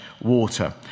water